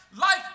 life